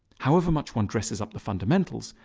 however much one dresses up the fundamentals,